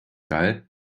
geil